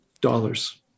Dollars